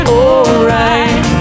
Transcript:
alright